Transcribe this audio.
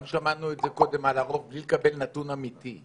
גם שמענו את זה קודם על הרוב בלי לקבל נתון אמיתי.